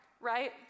right